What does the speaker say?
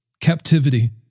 captivity